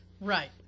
right